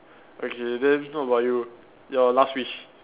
okay then what about you your last wish